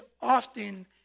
often